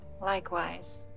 likewise